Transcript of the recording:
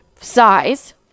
size